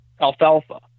alfalfa